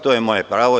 To je moje pravo.